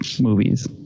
movies